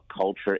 culture